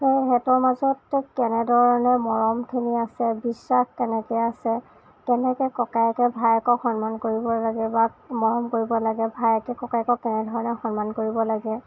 এ সিহঁতৰ মাজত কেনেধৰণে মৰমখিনি আছে বিশ্বাস কেনেকৈ আছে কেনেকৈ ককায়েকে ভায়েকক সন্মান কৰিব লাগে বা মৰম কৰিব লাগে বা ভায়েকে ককায়েকক কেনেধৰণে সন্মান কৰিব লাগে